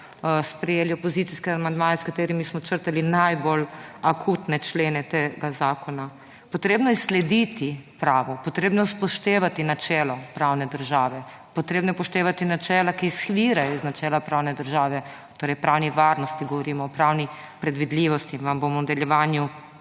sprejeli opozicijske amandmaje, s katerimi smo črtali najbolj akutne člene tega zakona. Potrebno je slediti pravu, potrebno je upoštevati načelo pravne države, potrebno je upoštevati načela, ki izvirajo iz načela pravne države, torej o pravni varnosti, govorim o pravni predvidljivosti, vam bom v nadaljevanju